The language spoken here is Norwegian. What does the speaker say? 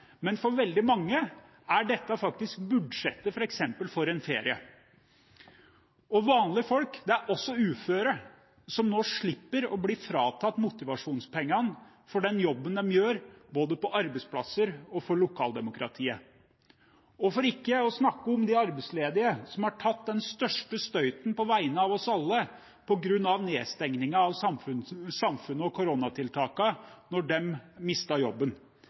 men for veldig mange er dette faktisk budsjettet for f.eks. en ferie. Vanlige folk er også uføre, som nå slipper å bli fratatt motivasjonspengene for den jobben de gjør, både på arbeidsplasser og for lokaldemokratiet. For ikke å snakke om de arbeidsledige, som har tatt den største støyten på vegne av oss alle på grunn av nedstengingen av samfunnet og koronatiltakene da de mistet jobben.